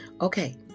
Okay